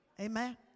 Amen